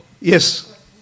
Yes